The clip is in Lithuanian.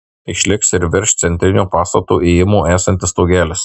išliks ir virš centrinio pastato įėjimo esantis stogelis